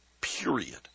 period